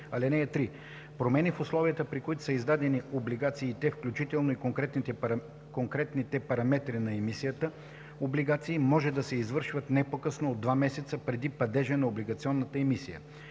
и 7: „(3) Промени в условията, при които са издадени облигациите, включително в конкретните параметрите на емисията облигации може да се извършват не по-късно от два месеца преди падежа на облигационната емисия.